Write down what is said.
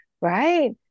Right